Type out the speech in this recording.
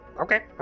okay